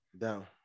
down